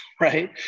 right